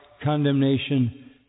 condemnation